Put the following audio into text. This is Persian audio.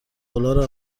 دلار